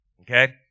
Okay